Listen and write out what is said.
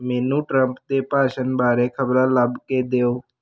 ਮੈਨੂੰ ਟਰੰਪ ਦੇ ਭਾਸ਼ਣ ਬਾਰੇ ਖ਼ਬਰਾਂ ਲੱਭ ਕੇ ਦਿਓ